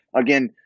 again